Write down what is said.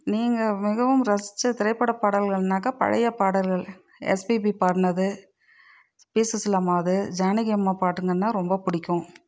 நீங்க மிகவும் ரசித்த திரைப்பட பாடல்கள்னாக்கா பழைய பாடல்கள் எஸ் பி பி பாடினது பி சுசிலா அம்மாவுது ஜானகி அம்மா பாட்டுங்கனா ரொம்ப பிடிக்கும்